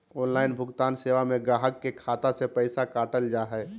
online भुगतान सेवा में गाहक के खाता से पैसा काटल जा हइ